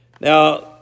Now